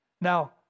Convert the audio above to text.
Now